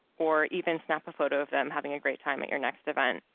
or even snap a photo of them having a great time at your next event.